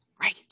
Right